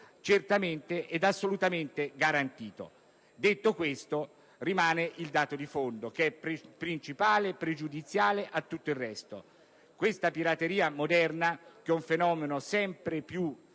certamente e assolutamente garantito. Detto questo, rimane il dato di fondo, principale e pregiudiziale a tutto il resto: questa pirateria moderna, che è un fenomeno sempre più